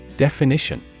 Definition